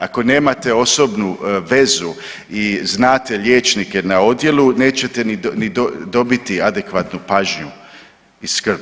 Ako nemate osobnu vezu i znate liječnike na odjelu nećete ni dobiti adekvatnu pažnju i skrb.